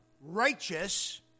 righteous